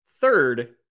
Third